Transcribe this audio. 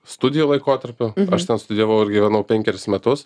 studijų laikotarpiu aš ten studijavau ir gyvenau penkeris metus